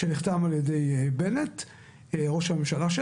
שנחתם על ידי ראש הממשלה בנט.